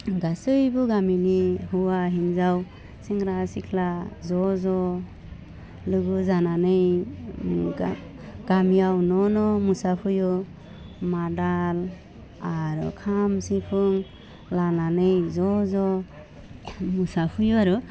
गासैबो गामिनि हौवा हिनजाव सेंग्रा सिख्ला ज' ज' लोगो जानानै गामियाव न' न' मोसाफैयो आरो खाम सिफुं लानानै ज' ज' मोसाफैयो आरो